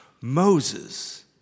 Moses